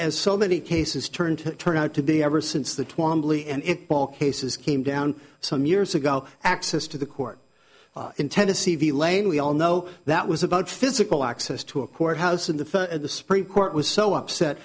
as so many cases turn to turn out to be ever since the twamley and it ball cases came down some years ago access to the court in tennessee v lane we all know that was about physical access to a court house and the supreme court was so upset